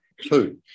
two